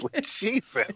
Jesus